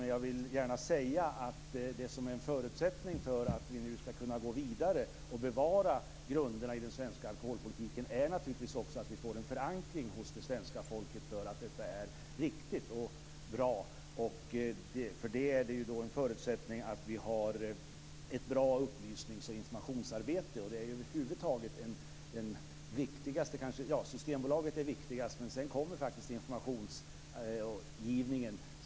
Men jag vill gärna säga att en förutsättning för att vi nu skall kunna gå vidare och bevara grunderna i den svenska alkoholpolitiken naturligtvis är en förankring hos svenska folket för att detta är riktigt och bra. En förutsättning för detta är ett bra upplysnings och informationsarbete. Systembolaget är viktigast, men sedan kommer informationsgivningen.